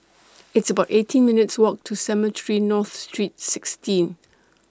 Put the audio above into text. It's about eighteen minutes' Walk to Cemetry North Street sixteen